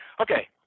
Okay